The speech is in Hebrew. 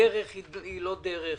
הדרך היא לא דרך,